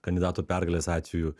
kandidato pergalės atveju